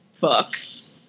books